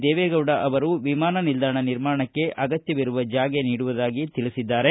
ದೇವೇಗೌಡ ಅವರು ವಿಮಾನ ನಿಲ್ದಾಣ ನಿರ್ಮಾಣಕ್ಕೆ ಅಗತ್ಯವಿರುವ ಜಾಗೆ ನೀಡುವುದಾಗಿ ತಿಳಿಸಿದ್ದಾರೆ